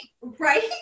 Right